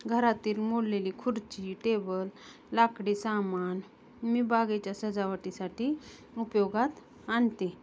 घरातील मोडलेली खुर्ची टेबल लाकडी सामान मी बागेच्या सजावटीसाठी उपयोगात आणते